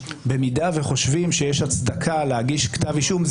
במידה שחושבים שיש הצדקה להגיש כתב אישום,